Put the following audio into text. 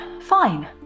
fine